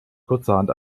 kurzerhand